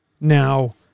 now